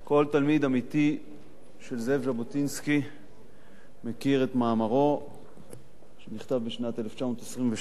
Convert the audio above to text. כל תלמיד אמיתי של זאב ז'בוטינסקי מכיר את מאמרו משנת 1928,